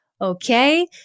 okay